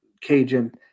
Cajun